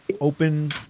Open